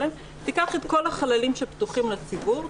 תיקח את כל החללים שפתוחים לציבור,